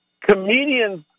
comedians